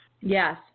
Yes